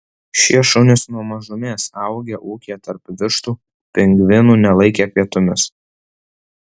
šie šunys nuo mažumės augę ūkyje tarp vištų pingvinų nelaikė pietumis